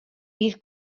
bydd